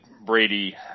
Brady